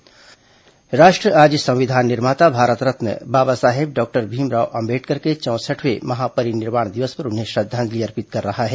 अंबेडकर पुण्यतिथि राष्ट्र आज संविधान निर्माता भारत रत्न बाबा साहेब डॉक्टर भीमराव अंबेडकर के चौसठवें महापरिनिर्वाण दिवस पर उन्हें श्रद्वांजलि अर्पित कर रहा है